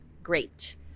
great